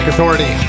Authority